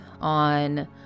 on